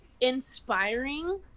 inspiring